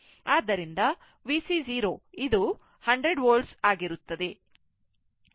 ಆದ್ದರಿಂದ VC 0 ಇದು 100 Volt ಆಗಿರುತ್ತದೆ